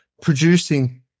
producing